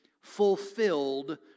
fulfilled